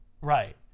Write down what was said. Right